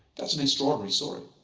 that's an extraordinary story.